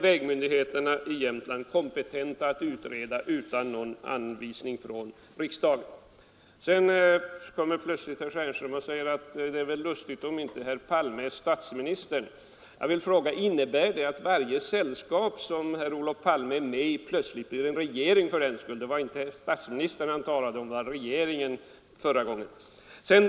Vägmyndigheterna i Jämtland är kompetenta att avgöra det utan någon anvisning från riksdagen. Vidare säger herr Stjernström plötsligt att det är lustigt att herr Palme inte alltid är statsminister. Jag vill fråga: Innebär herr Stjernströms yttrande att varje sällskap som Olof Palme är med i fördenskull blir en regering? Det var förra gången inte statsministern som herr Stjernström talade om utan om regeringen.